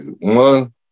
One